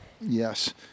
yes